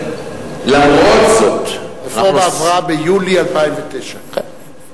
הרפורמה עברה ביולי 2009. כן,